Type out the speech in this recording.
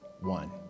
one